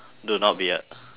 do not be a